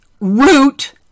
root